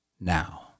now